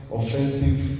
offensive